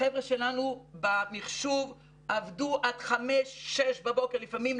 החבר'ה שלנו במחשוב עבדו עד 05:00 06:00 בבוקר לפעמים,